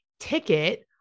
ticket